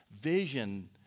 vision